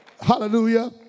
hallelujah